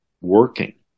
working